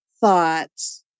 thoughts